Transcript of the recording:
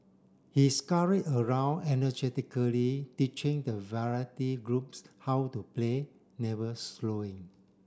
he scurry around energetically teaching the variety groups how to play never slowing